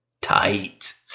tight